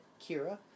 Kira